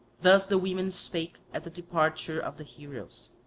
thus the women spake at the departure of the heroes.